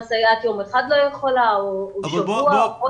הסייעת לא יכולה יום אחד או שבוע או חודש.